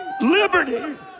Liberty